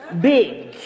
Big